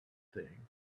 thing